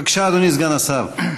בבקשה, אדוני סגן השר.